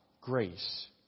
grace